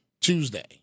Tuesday